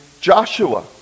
Joshua